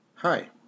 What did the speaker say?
Hi